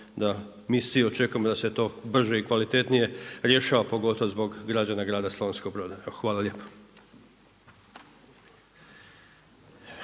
da mi svi očekujemo da se to brže i kvalitetnije rješava, pogotovo zbog građana grada Slavonskog Broda. Hvala lijepa.